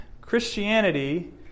Christianity